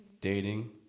dating